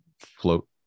float